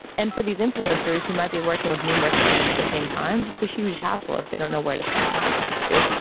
and for these influencers who might be working with numerous brands at the same time it's a huge hassle if they don't know where to send something back to.